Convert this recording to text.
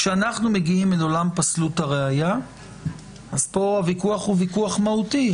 כשאנחנו מגיעים אל עולם פסלות הראיה אז פה הוויכוח הוא ויכוח מהותי.